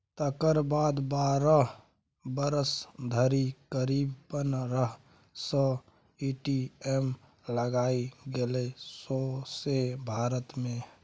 तकर बाद बारह बरख धरि करीब पनरह सय ए.टी.एम लगाएल गेलै सौंसे भारत मे